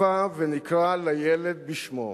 הבה ונקרא לילד בשמו.